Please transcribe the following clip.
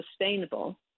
sustainable